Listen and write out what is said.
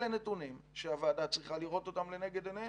אלה נתונים שהוועדה צריכה לראותם אותם לנגד עיניה.